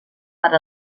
per